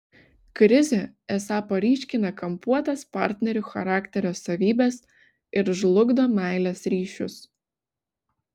krizė esą paryškina kampuotas partnerių charakterio savybes ir žlugdo meilės ryšius